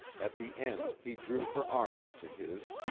at the end he drew her arm into his,